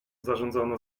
zarządzono